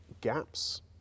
gaps